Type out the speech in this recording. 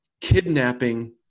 kidnapping